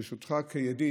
ברשותך, כידיד.